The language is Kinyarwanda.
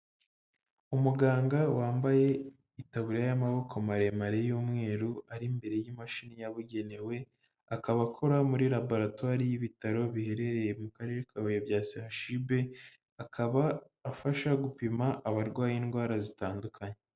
Umuganga wambaye itaburiya y'amaboko maremare y'umweru, ari imbere y'imashini yabugenewe, akaba akora muri laboratori y'ibitaro biherereye mu karere ka Huye bya CHUB, akaba afasha gupima abarwaye, indwara zitandukanye.